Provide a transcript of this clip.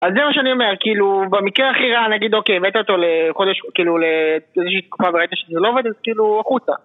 אז זה מה שאני אומר, כאילו, במקרה הכי רע נגיד, אוקיי, הבאת אותו לחודש, כאילו, לאיזושהי תקופה וראית שזה לא עובד, אז כאילו, החוצה.